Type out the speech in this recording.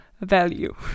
value